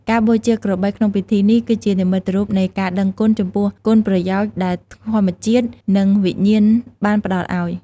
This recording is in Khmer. ការបូជាក្របីក្នុងពិធីនេះ គឺជានិមិត្តរូបនៃការដឹងគុណចំពោះគុណប្រយោជន៍ដែលធម្មជាតិ និងវិញ្ញាណបានផ្តល់ឱ្យ។